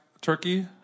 turkey